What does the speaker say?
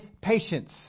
patience